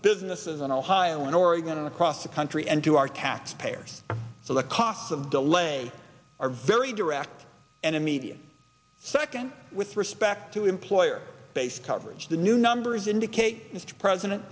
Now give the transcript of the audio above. businesses and ohio and oregon across the country and to our taxpayers so the costs of delay are very direct and immediate second with respect to employer based coverage the new numbers indicate mr president